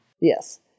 Yes